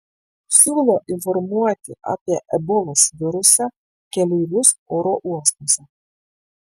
siūlo informuoti apie ebolos virusą keleivius oro uostuose